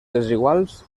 desiguals